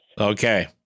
okay